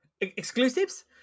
Exclusives